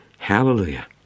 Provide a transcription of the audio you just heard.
Hallelujah